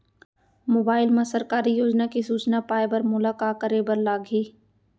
mobile मा सरकारी योजना के सूचना पाए बर मोला का करे बर लागही